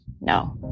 No